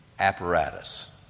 apparatus